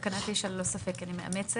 את תקנה 9 ללא ספק אני מאמצת.